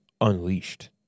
unleashed